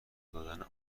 دادن